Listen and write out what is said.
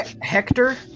Hector